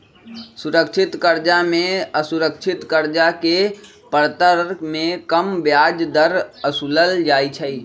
सुरक्षित करजा में असुरक्षित करजा के परतर में कम ब्याज दर असुलल जाइ छइ